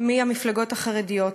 מהמפלגות החרדיות.